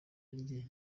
rye